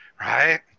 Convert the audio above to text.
right